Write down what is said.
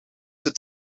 het